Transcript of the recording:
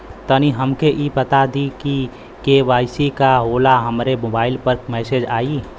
तनि हमके इ बता दीं की के.वाइ.सी का होला हमरे मोबाइल पर मैसेज आई?